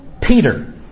Peter